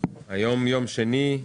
היום יום שני,